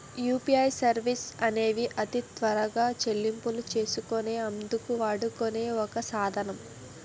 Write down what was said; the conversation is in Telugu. యూపీఐ సర్వీసెస్ అనేవి అతి త్వరగా చెల్లింపులు చేసుకునే అందుకు వాడుకునే ఒక సాధనం